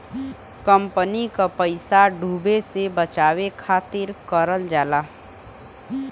company क पइसा डूबे से बचावे खातिर करल जाला